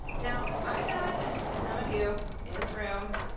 now, i bet some of you in this room,